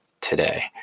today